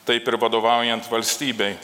taip ir vadovaujant valstybei